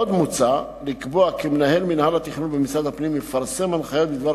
עוד מוצע לקבוע כי מנהל מינהל התכנון במשרד הפנים יפרסם הנחיות בדבר